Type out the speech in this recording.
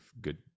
good